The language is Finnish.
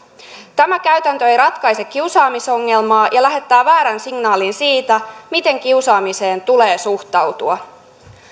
tämä käytäntö ei ratkaise kiusaamisongelmaa ja lähettää väärän signaalin siitä miten kiusaamiseen tulee suhtautua